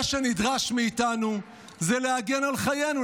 מה שנדרש מאיתנו הוא להגן על חיינו,